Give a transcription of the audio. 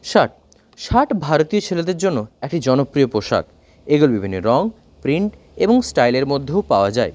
shirt shirt ভারতীয় ছেলেদের জন্য একটি জনপ্রিয় পোশাক এগুলি বিভিন্ন রঙ প্রিন্ট এবং স্টাইলের মধ্যেও পাওয়া যায়